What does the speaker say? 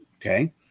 Okay